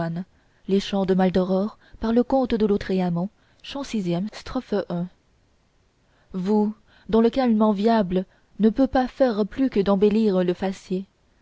sixième vous dont le calme enviable ne peut pas faire plus que d'embellir le faciès